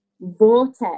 vortex